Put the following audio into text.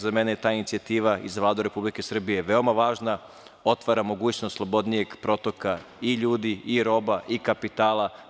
Za mene je ta inicijativa i za Vladu Republike Srbije veoma važna, otvara mogućnost slobodnijeg protoka i ljudi i roba i kapitala.